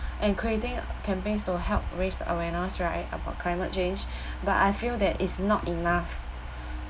and creating campaigns to help raise awareness right about climate change but I feel that it's not enough